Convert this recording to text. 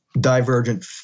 divergent